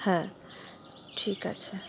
হ্যাঁ ঠিক আছে